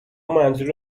منظور